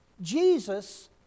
Jesus